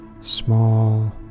Small